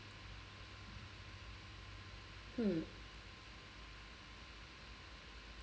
mm